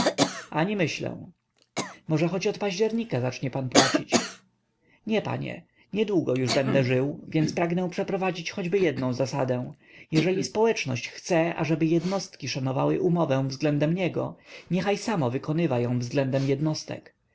ani myślę może choć od października zacznie pan płacić nie panie niedługo już będę żył więc pragnę przeprowadzić choćby jednę zasadę jeżeli społeczność chce ażeby jednostki szanowały umowę względem niego niechaj samo wykonywa ją względem jednostek